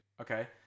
Okay